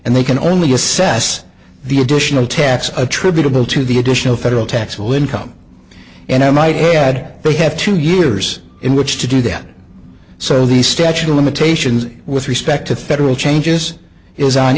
and they can only assess the additional tax attributable to the additional federal tax bill income and i might add they have two years in which to do that so the statute of limitations with respect to federal changes is on